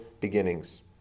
beginnings